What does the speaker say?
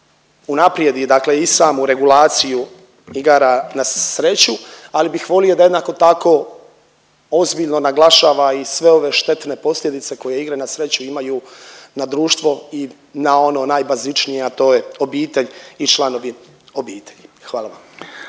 unaprijedi, dakle i samu regulaciju igara na sreću, ali bih volio da jednako tako ozbiljno naglašava i sve ove štetne posljedice koje igre na sreću imaju na društvo i na ono najbazičnije a to je obitelj i članovi obitelji. Hvala vam.